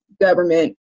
government